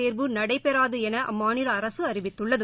தேர்வு நடைபெறாது என அம்மாநில அரசு அறிவித்துள்ளது